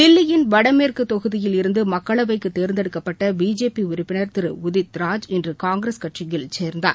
தில்லியின் வடமேற்குதொகுதியில் இருந்துமக்களவைக்குதோந்தெடுக்கப்பட்ட பிஜேபிஉறுப்பினர் டதித்ராஜ் இன்றுகாங்கிரஸ் கட்சியில் சேர்ந்தார்